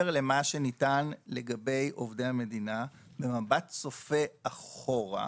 שניתן לגבי עובדי המדינה במבט צופה אחורה.